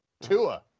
Tua